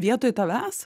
vietoj tavęs